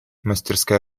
мастерская